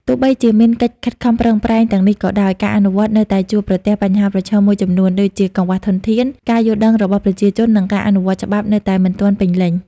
ទោះបីជាមានកិច្ចខិតខំប្រឹងប្រែងទាំងនេះក៏ដោយ ការអនុវត្តនៅតែជួបប្រទះបញ្ហាប្រឈមមួយចំនួន ដូចជាកង្វះធនធាន ការយល់ដឹងរបស់ប្រជាជន និងការអនុវត្តច្បាប់នៅតែមិនទាន់ពេញលេញ ។